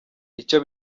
icyo